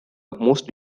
most